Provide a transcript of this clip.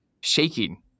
shaking